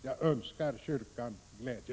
Jag önskar kyrkan glädje.